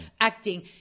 acting